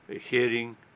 hearing